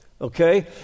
okay